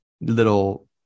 little